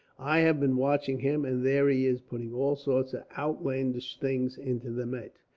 i have been watching him, and there he is putting all sorts of outlandish things into the mate.